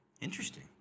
Interesting